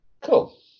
Cool